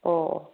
ꯑꯣ